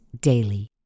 daily